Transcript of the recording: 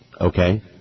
Okay